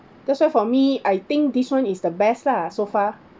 that's why for me I think this one is the best lah so far